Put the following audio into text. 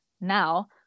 now